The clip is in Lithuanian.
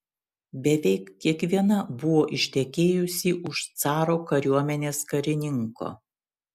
beveik kiekviena buvo ištekėjusi už caro kariuomenės karininko